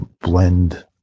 blend